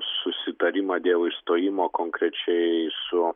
susitarimą dėl išstojimo konkrečiai su